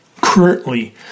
currently